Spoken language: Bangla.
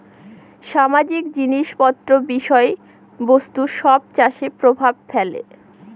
সামাজিক জিনিস পত্র বিষয় বস্তু সব চাষে প্রভাব ফেলে